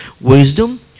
wisdom